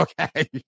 okay